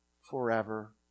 forever